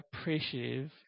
appreciative